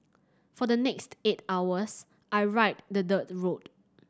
for the next eight hours I ride the dirt road